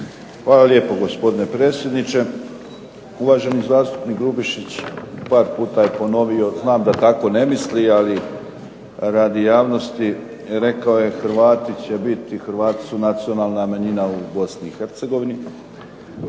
Hvala lijepo, gospodine predsjedniče. Uvaženi zastupnik Grubišić par puta je ponovio, znam da tako ne misli, ali radi javnosti, rekao je Hrvati će biti, Hrvati su nacionalna manjina u Bosni i Hercegovini.